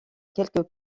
quelques